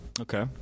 Okay